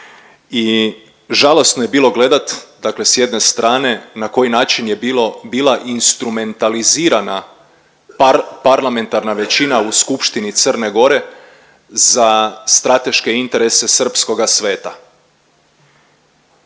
i žalosno je bilo gledat dakle s jedne strane na koji način je bilo, bila instrumentalizirana par… parlamentarna većina u Skupštini Crne Gore za strateške interese srpskoga sveta.